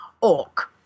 orc